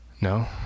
No